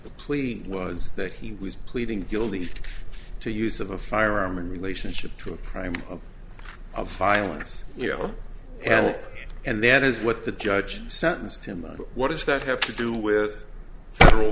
the plea was that he was pleading guilty to use of a firearm in relationship to a prime of violence you know and and that is what the judge sentenced him and what does that have to do with federal